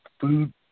Food